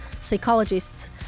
psychologists